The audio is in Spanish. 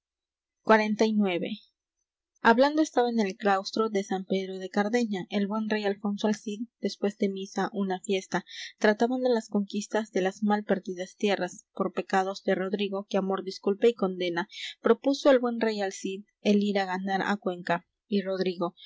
fablando estaba en el claustro de san pedro de cardeña el buen rey alfonso al cid después de misa una fiesta trataban de las conquistas de las mal perdidas tierras por pecados de rodrigo que amor disculpa y condena propuso el buen rey al cid el ir á ganar á cuenca y rodrigo